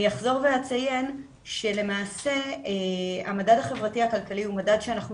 אני אחזור ואציין שהמדד החברתי-הכלכלי הוא מדד שאנחנו